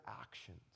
actions